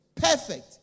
Perfect